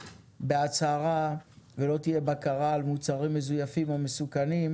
בהצהרה ולא תהיה בקרה על מוצרים מזויפים או מסוכנים,